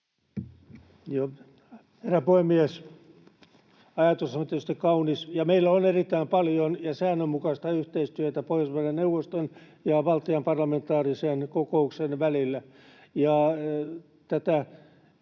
Herra puhemies! Ajatus on tietysti kaunis, ja meillä on erittäin paljon ja säännönmukaista yhteistyötä Pohjoismaiden neuvoston ja Baltian parlamentaarisen kokouksen välillä.